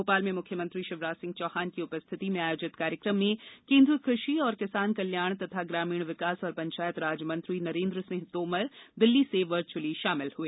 भोपाल में मुख्यमंत्री शिवराज सिंह चौहान की उपस्थिति में आयोजित कार्यक्रम में केन्द्रीय कृषि एवं किसान कल्याण तथा ग्रामीण विकास और पंचायत राज मंत्री नरेन्द्र सिंह तोमर दिल्ली से वर्चुअली शामिल हुए